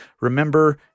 Remember